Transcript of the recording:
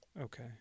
Okay